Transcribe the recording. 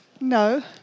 No